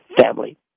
family